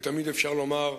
ותמיד אפשר לומר: